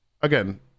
again